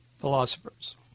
philosophers